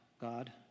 God